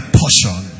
portion